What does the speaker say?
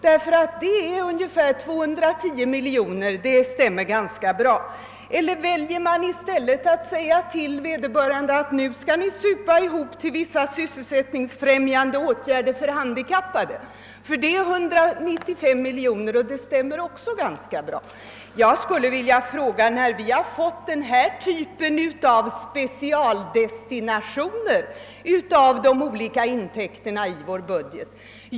Denna uppgår till ungefär 210 miljoner, vilken summa stämmer ganska bra med de höjda spritinkomsterna. Väljer man möjligen i stället att säga till vederbörande: Nu skall ni supa ihop till vissa sysselsättningsfrämjande åtgärder för handikappade? Dessa kostar 195 miljoner, och även denna summa stämmer ganska bra. Jag skulle vilja fråga, när vi fått denna typ av specialdestinationer för de olika intäkterna i vår budget.